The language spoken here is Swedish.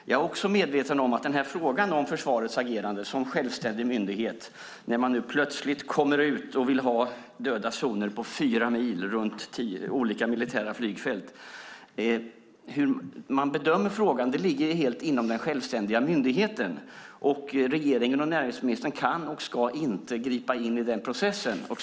Jag är också medveten om att bedömningen av frågan om försvarets agerande som självständig myndighet, när man nu plötsligt kommer ut och vill ha döda zoner på fyra mil runt olika militära flygfält, ligger helt inom den självständiga myndigheten. Och regeringen och näringsministern kan och ska inte gripa in i den processen.